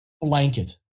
blanket